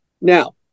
Now